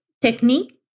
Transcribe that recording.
technique